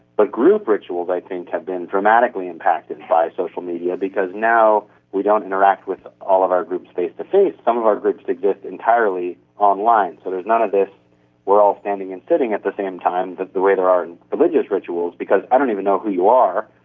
but group ritual i think has been dramatically impacted via social media because now we don't interact with all of our groups face-to-face, some um of our groups exist entirely online. so there's none of this we are all standing and sitting at the same time but the way there are in religious rituals because i don't even know who you are,